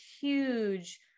huge